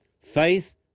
Faith